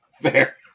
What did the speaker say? Fair